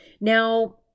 Now